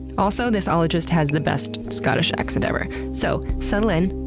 also, this ologist has the best scottish accent ever. so, settle in,